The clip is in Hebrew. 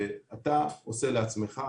שאתה עושה לעצמך.